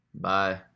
bye